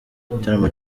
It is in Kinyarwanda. igitaramo